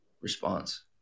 response